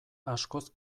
askoz